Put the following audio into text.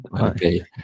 okay